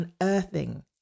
unearthing